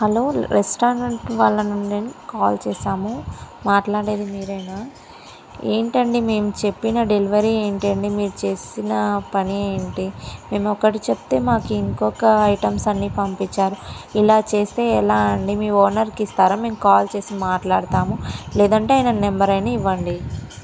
hello restaurant వాళ్ళేనాండి call చేశాము మాట్లాడేది మీరేనా ఏంటండి మేము చెప్పిన డెలివరీ ఏంటిండి మీరు చేసిన పని ఏంటి మేమొకటి చెప్తే మాకు ఇంకొక ఐటమ్స్ అన్నీ పంపించారు ఇలా చేస్తే ఎలా అండి మీ ఒనరికిస్తారా మేము కాల్ చేసి మాట్లాడతాము లేదంటే ఆయన నెంబర్ అయినా ఇవ్వండి